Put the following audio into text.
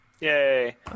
Yay